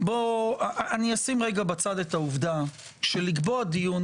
אני אשים רגע בצד את העובדה שלקבוע דיון